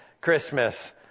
christmas